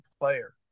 player